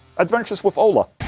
adventures with ola